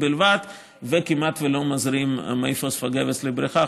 בלבד וכמעט לא מזרים מי פוספוגבס לבריכה,